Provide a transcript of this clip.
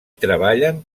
treballen